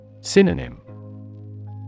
Synonym